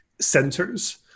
centers